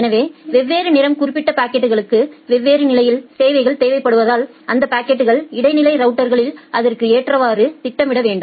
எனவே வெவ்வேறு நிறம் குறிக்கப்பட்ட பாக்கெட்களுக்கு வெவ்வேறு நிலையில் சேவைகள் தேவைப்படுவதால் அந்த பாக்கெட்களை இடைநிலை ரவுட்டர்களில் அதற்கு ஏற்றவாறு திட்டமிட வேண்டும்